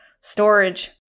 storage